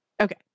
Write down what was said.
okay